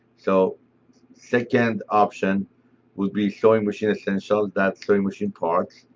so second option would be sewing machine essentials that sewing machine parts.